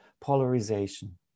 polarization